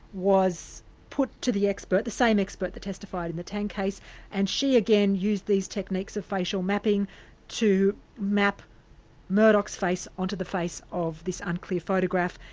was put to the expert the same expert that testified in the tang case and she again used these techniques of facial mapping to map murdoch's face onto the face of this unclear photograph,